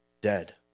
dead